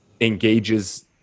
engages